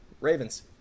Ravens